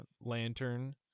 Lantern